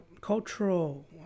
cultural